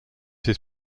his